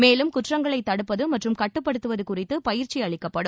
மேலும் குற்றங்களை தடுப்பது மற்றும் கட்டுப்படுத்தப்படுவது குறித்து பயிற்சி அளிக்கப்படும்